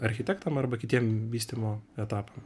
architektam arba kitiem vystymo etapam